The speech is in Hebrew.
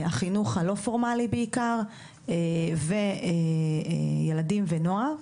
החינוך הלא פורמלי בעיקר בילדים ונוער,